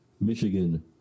Michigan